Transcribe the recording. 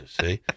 see